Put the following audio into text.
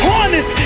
Harness